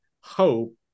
hope